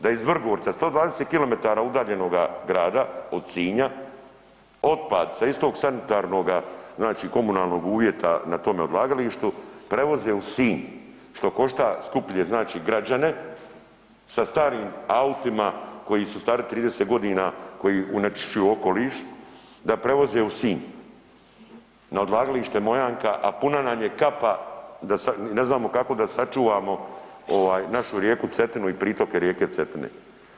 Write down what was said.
Da iz Vrgorca 120 km udaljenoga grada od Sinja otpad sa istog sanitarnog znači komunalnog uvjeta na tome odlagalištu prevoze u Sinj što košta skuplje znači građane sa starim autima koji su stari 30 godina koji onečišćuju okoliš, da prevoze u Sinj na odlagalište Mojanka, a puna nam je kapa da sad, ne znamo kako da sačuvamo ovaj našu rijeku Cetinu i pritoke rijeke Cetine.